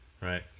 Right